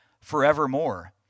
forevermore